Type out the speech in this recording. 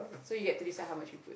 so you get to decide how much you put